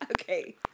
Okay